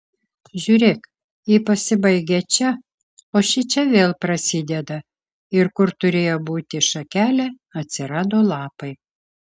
žiūrėk ji pasibaigia čia o šičia vėl prasideda ir kur turėjo būti šakelė atsirado lapai